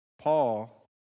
Paul